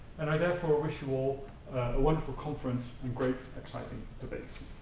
and i therefore wish you all a wonderful conference and great exciting debates.